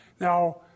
Now